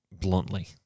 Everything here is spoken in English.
bluntly